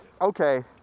Okay